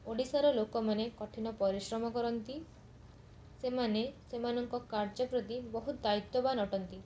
ଓଡ଼ିଶାର ଲୋକମାନେ କଠିନ ପରିଶ୍ରମ କରନ୍ତି ସେମାନେ ସେମାନଙ୍କ କାର୍ଯ୍ୟ ପ୍ରତି ବହୁତ ଦାୟିତ୍ଵବାନ ଅଟନ୍ତି